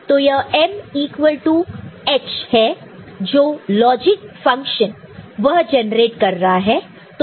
तो यह M equal to H है जो लॉजिक फंक्शन वह जनरेट कर रहा है